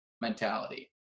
mentality